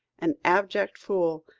an abject fool.